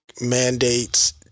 mandates